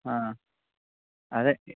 అదే